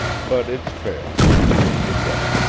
but it's fair. i'm paying a debt.